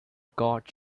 gods